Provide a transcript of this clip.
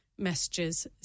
Messages